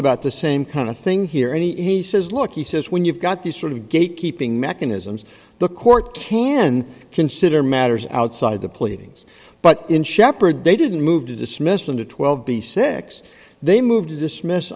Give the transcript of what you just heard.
about the same kind of thing here and he says look he says when you've got these sort of gatekeeping mechanisms the court can consider matters outside the pleadings but in shepherd they didn't move to dismiss them to twelve be six they moved to dismiss